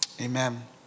Amen